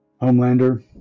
Homelander